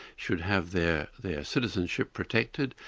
should have their their citizenship protected,